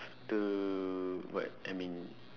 after what I mean